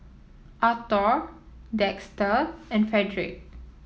Arthor Dexter and Fredrick